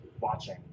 watching